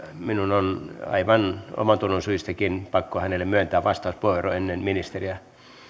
minun on aivan omantunnon syistäkin pakko hänelle myöntää vastauspuheenvuoro ennen ministeriä